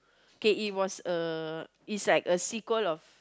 okay it was a it's like a sequel of